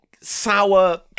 sour